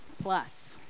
plus